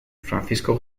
francisco